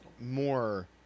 more